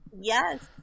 Yes